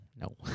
No